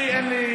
אין לי,